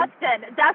Dustin